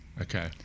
Okay